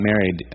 married